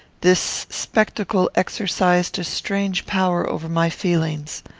this spectacle exercised a strange power over my feelings.